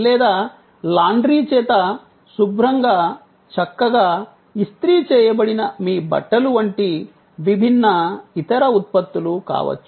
లేదా లాండ్రీ చేత శుభ్రంగా చక్కగా ఇస్త్రీ చేయబడిన మీ బట్టలు వంటి విభిన్న ఇతర ఉత్పత్తులు కావచ్చు